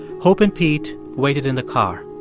hope and pete waited in the car.